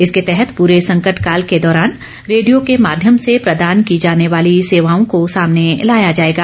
इसके तहत पूरे संकट काल के दौरान रेडियो के माध्यम से प्रदान की जाने वाली सेवाओँ को सामने लाया जाएगा